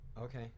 Okay